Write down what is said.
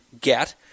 get